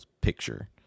picture